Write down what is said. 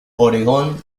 obregón